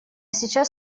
сейчас